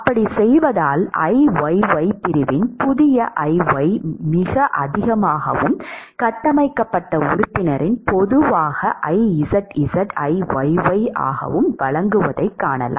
அப்படிச் செய்தால் Iyy பிரிவின் புதிய Iyy மிக அதிகமாகவும் கட்டமைக்கப்பட்ட உறுப்பினர் பொதுவாக Izz Iyy ஆகவும் வழங்குவதைக் காணலாம்